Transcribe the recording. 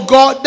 God